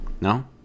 No